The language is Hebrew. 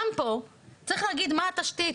גם פה צריך להגיד מה התשתית